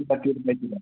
उता तिरपाईतिर